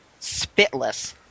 spitless